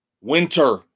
Winter